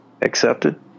accepted